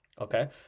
okay